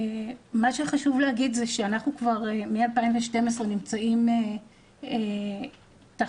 חשוב להגיד שאנחנו כבר מ-2012 נמצאים תחת